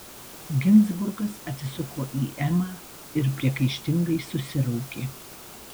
ginzburgas atsisuko į emą ir priekaištingai susiraukė